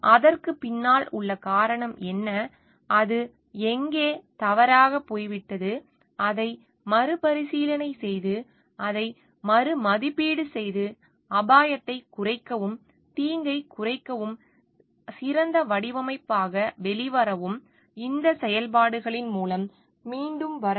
அதற்குப் பின்னால் உள்ள காரணம் என்ன அது எங்கே தவறாகப் போய்விட்டது அதை மறுபரிசீலனை செய்து அதை மறுமதிப்பீடு செய்து அபாயத்தைக் குறைக்கவும் தீங்கைக் குறைக்கவும் தீங்கைக் குறைக்கவும் சிறந்த வடிவமைப்பாக வெளிவரவும் இந்தச் செயல்பாடுகளின் மூலம் மீண்டும் வரவும்